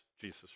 jesus